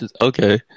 Okay